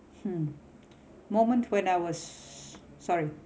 hmm moment when I was sorry